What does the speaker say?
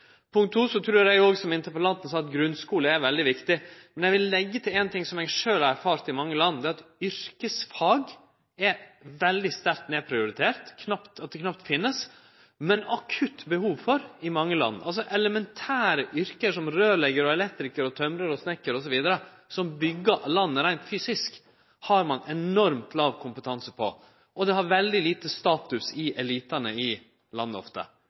Eg trur som interpellanten at grunnskule er veldig viktig, men eg vil leggje til ein ting som eg sjølv har erfart i mange land, og det er at yrkesfag er veldig sterkt nedprioritert. Dei finst knapt, men det er akutt behov for dei i fleire land. Elementære yrke som rørleggjar, elektrikar, tømrar, snikkar osb., som byggjer landet reint fysisk, har ein enormt låg kompetanse på. Og det har ofte veldig låg status i elitane i